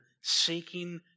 seeking